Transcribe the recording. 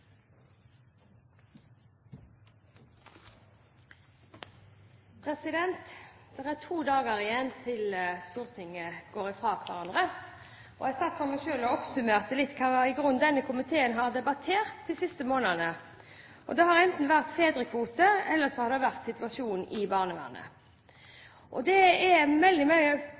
er to dager igjen til Stortinget går fra hverandre. Jeg satt for meg selv og oppsummerte litt hva denne komiteen i grunnen har debattert de siste månedene, og det har enten vært fedrekvote, eller så har det vært situasjonen i barnevernet. Det er veldig mye